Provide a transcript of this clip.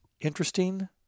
interesting